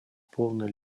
полной